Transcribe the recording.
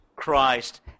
Christ